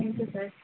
thank you sir